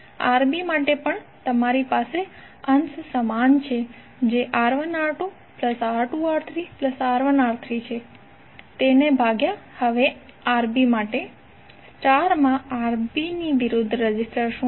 Rb માટે પણ તમારી પાસે અંશ સમાન છે જે R1R2R2R3R1R3છે તેને ભાગ્યા હવે Rb માટે સ્ટારમાં Rb ની વિરુદ્ધ રેઝિસ્ટર શું છે